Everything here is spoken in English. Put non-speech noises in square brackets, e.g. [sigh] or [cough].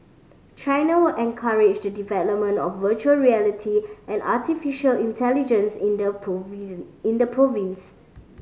China will encourage the development of virtual reality and artificial intelligence in the [unintelligible] in the province